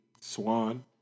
Swan